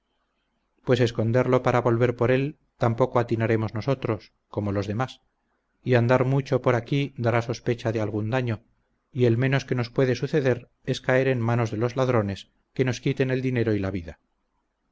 pues esconderlo para volver por él tampoco atinaremos nosotros como los demás y andar mucho por aquí dará sospecha de algún daño y el menos que nos puede suceder es caer en manos de los ladrones que nos quiten el dinero y la vida